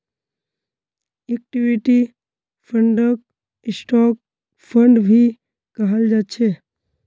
equity फंडक stock fund भी कहाल जा छे